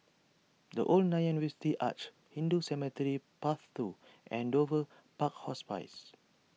the Old Nanyang University Arch Hindu Cemetery Path two and Dover Park Hospice